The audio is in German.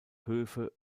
höfe